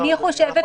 אני חושבת,